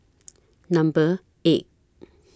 Number eight